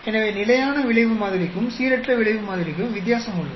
எனவே நிலையான விளைவு மாதிரிக்கும் சீரற்ற விளைவு மாதிரிக்கும் வித்தியாசம் உள்ளது